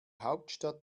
hauptstadt